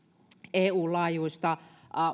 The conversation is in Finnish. eun laajuista